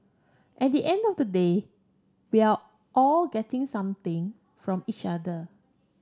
at the end of the day we're all getting something from each other